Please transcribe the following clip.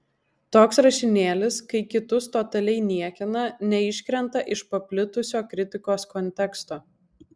toks rašinėlis kai kitus totaliai niekina neiškrenta iš paplitusio kritikos konteksto